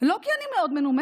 לא כי אני מאוד מנומסת,